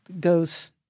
goes